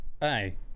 Hey